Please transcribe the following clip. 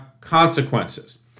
consequences